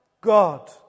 God